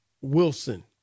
Wilson